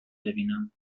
ببینم